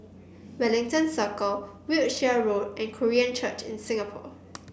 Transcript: Wellington Circle Wiltshire Road and Korean Church in Singapore